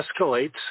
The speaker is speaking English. escalates